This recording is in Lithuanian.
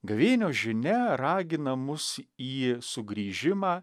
gavėnios žinia ragina mus į sugrįžimą